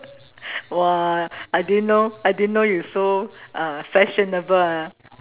!wah! I didn't know I didn't know you so uh fashionable ah